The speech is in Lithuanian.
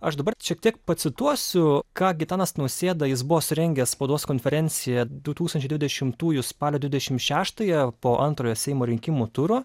aš dabar šiek tiek pacituosiu ką gitanas nausėda jis buvo surengęs spaudos konferenciją du tūkstančiai dvidešimtųjų spalio dvidešimt šetąją po antrojo seimo rinkimų turo